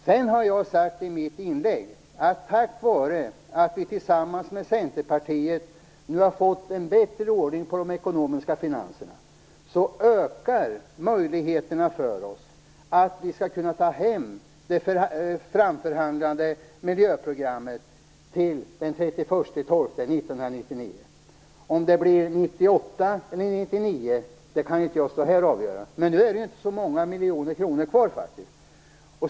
Som jag har sagt i mitt inlägg ökar sedan möjligheterna, tack vare att vi tillsammans med Centerpartiet nu har fått bättre ordning på finanserna, att vi skall kunna ta hem det framförhandlade miljöprogrammet till den 31 december 1999. Om det bli 1998 eller 1999 kan jag inte stå här och avgöra, men nu är det ju faktiskt inte så många miljoner kronor kvar.